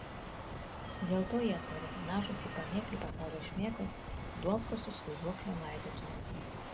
dėl to jie atrodė panašūs į pamėklių pasaulio šmėklas duobkasius vaiduoklio laidotuvėse